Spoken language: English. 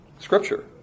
scripture